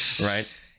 right